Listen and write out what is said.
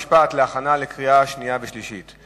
חוק ומשפט להכנה לקריאה שנייה וקריאה שלישית.